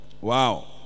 wow